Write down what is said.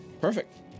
Perfect